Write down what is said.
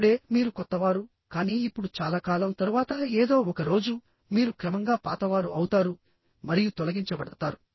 ఇప్పుడే మీరు కొత్తవారు కానీ ఇప్పుడు చాలా కాలం తరువాత ఏదో ఒక రోజుమీరు క్రమంగా పాతవారు అవుతారు మరియు తొలగించబడతారు